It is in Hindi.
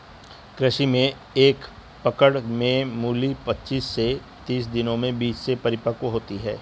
कृषि में एक पकड़ में मूली पचीस से तीस दिनों में बीज से परिपक्व होती है